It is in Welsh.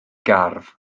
gardd